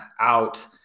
out